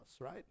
right